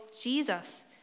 Jesus